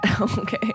Okay